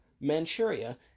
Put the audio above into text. Manchuria